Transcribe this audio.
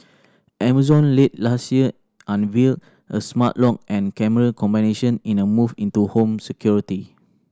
Amazon late last year unveiled a smart lock and camera combination in a move into home security